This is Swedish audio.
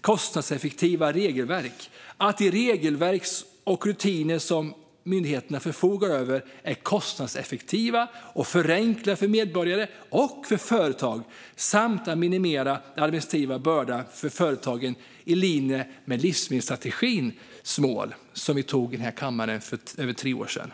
kostnadseffektiva regelverk, det vill säga att de regelverk och rutiner som myndigheterna förfogar över ska vara kostnadseffektiva och förenkla för medborgare och företag samt minimera den administrativa bördan för företagen i linje med målen i livsmedelsstrategin, som vi antog i kammaren för över tre år sedan.